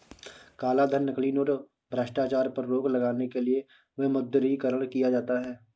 कालाधन, नकली नोट, भ्रष्टाचार पर रोक लगाने के लिए विमुद्रीकरण किया जाता है